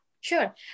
Sure